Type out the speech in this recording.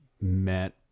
met